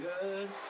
good